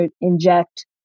inject